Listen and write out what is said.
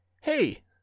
hey